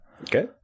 Okay